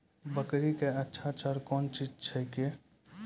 बकरी क्या अच्छा चार कौन चीज छै के?